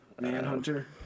Manhunter